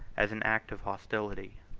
as an act of hostility.